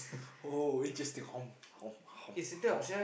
oh interesting